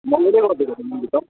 मैले गरिदिएको थिएँ गर्नु त